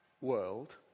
world